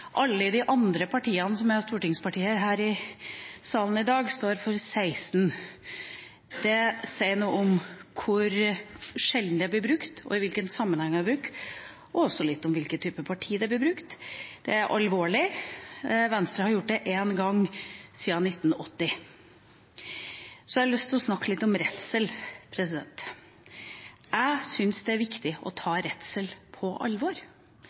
Alle de andre partiene som er representert i salen i dag, står for 16 av dem. Det sier noe om hvor sjelden det blir brukt, i hvilke sammenhenger det blir brukt, og litt om hvilke typer partier som bruker det. Det er alvorlig. Venstre har gjort det én gang siden 1980. Jeg har lyst å snakke litt om redsel. Jeg syns det er viktig å ta redsel på alvor.